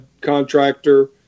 contractor